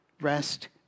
rest